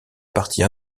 partie